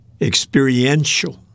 experiential